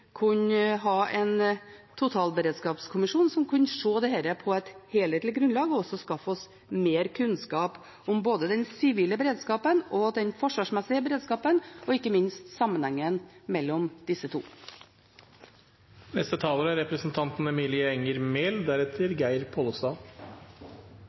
skaffe oss mer kunnskap om både den sivile og den forsvarsmessige beredskapen, og ikke minst om sammenhengen mellom disse to. Samfunnsberedskapen er